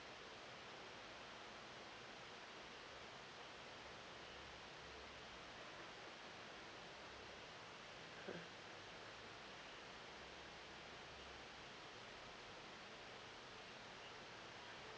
uh